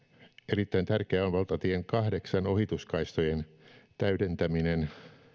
erittäin tärkeää on valtatien kahdeksan ohituskaistojen täydentäminen